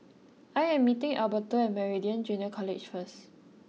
I am meeting Alberto at Meridian Junior College first